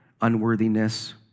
unworthiness